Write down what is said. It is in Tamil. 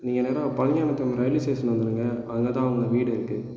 நீங்கள் நேரா ரயில்வே ஸ்டேஷன் வந்துடுங்கள் அங்கே தான் அவங்க வீடு இருக்குது